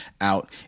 out